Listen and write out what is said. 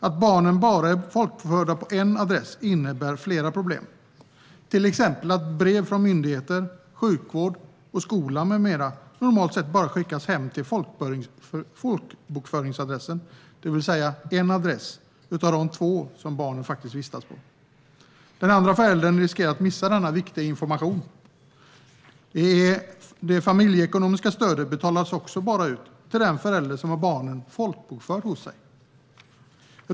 Att barnen bara är folkbokförda på en adress innebär flera problem, till exempel att brev från myndigheter, sjukvård, skola med mera normalt sett bara skickas hem till folkbokföringsadressen, det vill säga en adress av de två som barnen faktiskt vistas på. Den andra föräldern riskerar att missa denna viktiga information. Det familjeekonomiska stödet betalas också bara ut till den förälder som har barnet folkbokfört hos sig.